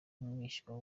umwishywa